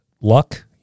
Luck